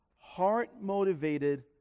heart-motivated